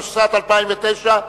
התשס"ט 2009,